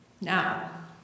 Now